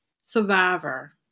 survivor